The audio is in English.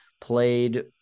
played